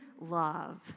love